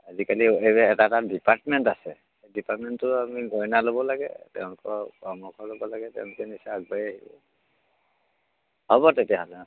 আজিকালি এই যে এটা এটা ডিপাৰ্টমেণ্ট আছে এই ডিপাৰ্টমেণ্টটো আমি গইনা ল'ব লাগে তেওঁলোকৰ পৰামৰ্শ ল'ব লাগে তেওঁলোকে নিশ্চয় আগবাঢ়ি আহিব হ'ব তেতিয়াহ'লে অঁ